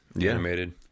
animated